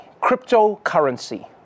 Cryptocurrency